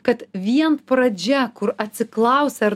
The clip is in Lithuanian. kad vien pradžia kur atsiklausia ar